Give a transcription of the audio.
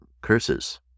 curses